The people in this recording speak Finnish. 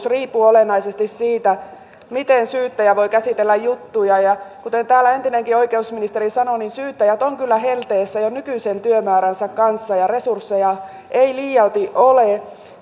riippuu olennaisesti siitä miten syyttäjä voi käsitellä juttuja ja kuten täällä entinenkin oikeusministeri sanoi syyttäjät ovat kyllä helteessä jo nykyisen työmääränsä kanssa ja resursseja ei liialti ole